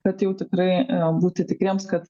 kad jau tikrai būti tikriems kad